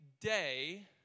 day